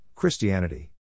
Christianity